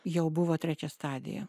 jau buvo trečia stadija